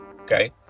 okay